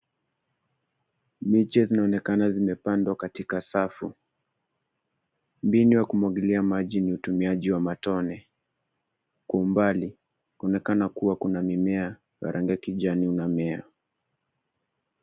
Miche zinaonekana zimepandwa katika safu. Mbinu ya kumwagilia maji ni utumiaji wa matone. Kwa umbali kunaonekana kuwa kuna mimea ya rangi ya kijani inamea.